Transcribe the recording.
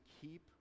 keep